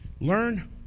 Learn